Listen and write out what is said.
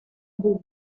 bug